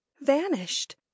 vanished